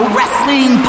Wrestling